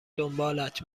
دنبالت